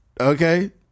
Okay